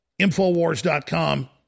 Infowars.com